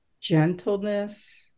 gentleness